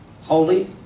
holy